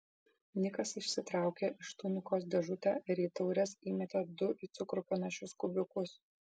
nikas išsitraukė iš tunikos dėžutę ir į taures įmetė du į cukrų panašius kubiukus